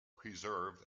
preserved